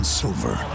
silver